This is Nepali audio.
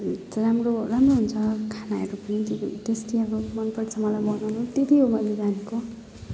राम्रो राम्रो हुन्छ खानाहरू पनि टेस्टी अब मनपर्छ मलाई बनाउनु त्यति हो मैले जानेको